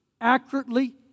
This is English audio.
accurately